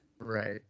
Right